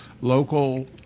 local